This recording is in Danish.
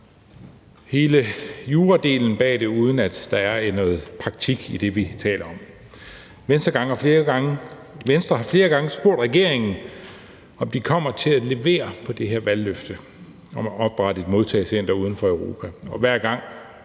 hele juradelen bag det, uden at der er nogen praktik i det, vi taler om. Venstre har flere gange spurgt regeringen, om de kommer til at levere på det her valgløfte om at oprette et modtagecenter uden for Europa, og hver gang